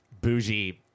bougie